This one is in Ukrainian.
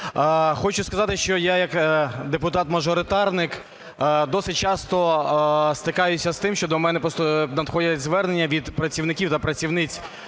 Хочу сказати, що я як депутат мажоритарник досить часто стикаюся з тим, що до мене просто надходять звернення від працівників та працівниць